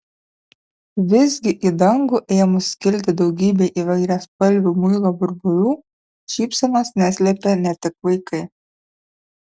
vis gi į dangų ėmus kilti daugybei įvairiaspalvių muilo burbulų šypsenos neslėpė ne tik vaikai